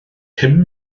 pum